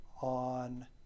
on